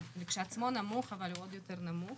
הוא לכשעצמו נמוך אבל הוא עוד יותר נמוך.